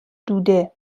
دوده